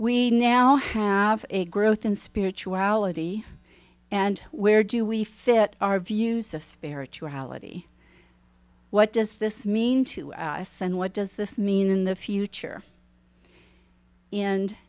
we now have a growth in spirituality and where do we fit our views of spirituality what does this mean to us and what does this mean in the future and